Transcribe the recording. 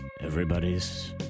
Everybody's